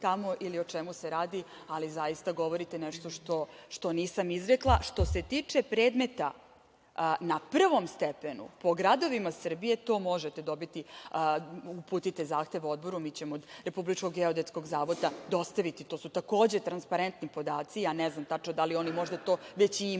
ili o čemu se radi, ali zaista govorite nešto što nisam izrekla. Što se tiče predmeta na prvom stepenu, po gradovima Srbije to možete dobiti, uputite zahtev Odboru i mi ćemo RGZ dostaviti, i to su takođe transparentni podaci, ja ne znam da li oni to možda imaju